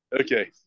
Okay